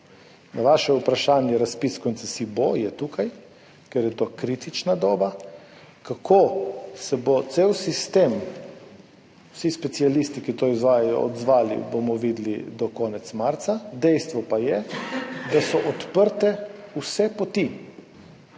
Na vaše vprašanje, razpis koncesij bo, je tukaj, ker je to kritična doba. Kako se bodo cel sistem in vsi specialisti, ki to izvajajo, odzvali, bomo videli do konca marca, dejstvo pa je, da so odprte vse poti.